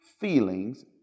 Feelings